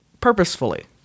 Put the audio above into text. purposefully